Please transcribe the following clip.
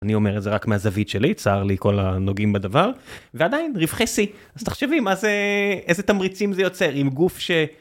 אני אומר את זה רק מהזווית שלי צער לי כל הנוגעים בדבר ועדיין רווחי שיא אז תחשבי מה זה, איזה תמריצים זה יוצר עם גוף ש